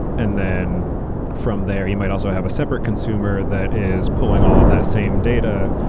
and then from there, you might also have a separate consumer that is pulling all of that same data,